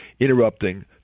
interrupting